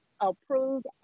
Approved